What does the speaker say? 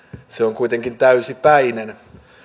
se on kuitenkin täysipäinen